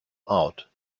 out